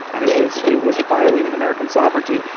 and it was it was violating american sovereignty.